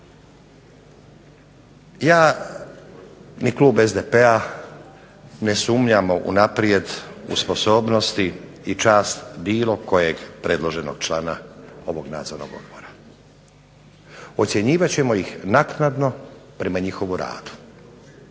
Ja, ni klub SDP-a ne sumnjamo unaprijed u sposobnosti i čast bilo kojeg predloženog člana ovog nadzornog odbora. Ocjenjivat ćemo ih naknadno, prema njihovu radu.